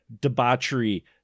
debauchery